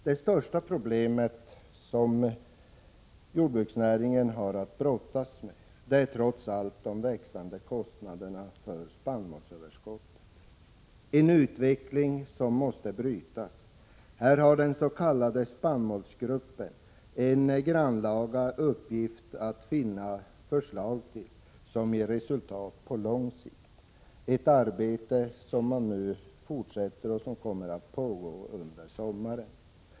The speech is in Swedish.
Det största problemet som jordbruksnäringen har att brottas med är de växande kostnaderna för spannmålsöverskottet. Det är en utveckling som måste brytas. Här har den s.k. spannmålsgruppen en grannlaga uppgift att finna förslag som ger resultat på lång sikt. Det är ett arbete som nu pågår och som kommer att fortsätta under sommaren.